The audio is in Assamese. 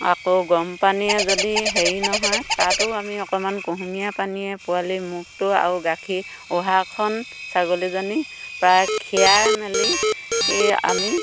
আকৌ গৰম পানীয়ে যদি হেৰি নহয় তাতো আমি অকমান কুহুমীয়া পানীয়ে পোৱালিৰ মুখটো আৰু গাখীৰ ওহাৰখন ছাগলীজনীৰ বা খিৰাই মেলি আমি